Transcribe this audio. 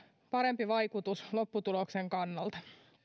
parempi vaikutus lopputuloksen kannalta